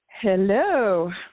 Hello